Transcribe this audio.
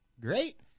great